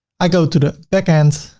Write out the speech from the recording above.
i go to the back end,